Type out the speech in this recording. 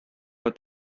her